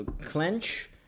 clench